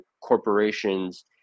corporations